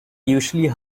usually